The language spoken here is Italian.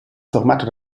formato